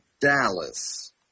Dallas